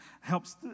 helps